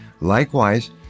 Likewise